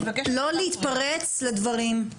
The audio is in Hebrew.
לא להתפרץ לדברים,